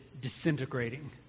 disintegrating